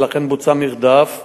ולכן בוצע מרדף.